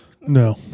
No